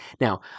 Now